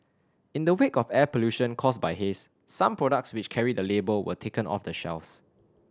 in the wake of air pollution caused by haze some products which carry the label were taken off the shelves